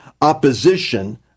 opposition